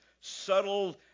subtle